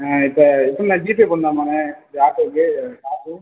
ஆ இப்போ எப்படிண்ணே ஜிபே பண்ணலாமாண்ணே இது ஆட்டோக்கு காசு